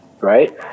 right